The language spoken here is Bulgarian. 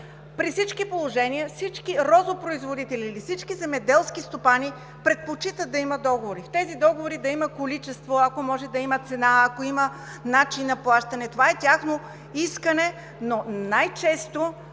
При всички положения розопроизводителите или земеделските стопани предпочитат да имат договори. В тях да има количество, ако може, да има цена, да има начин на плащане. Това е тяхно искане, но най-често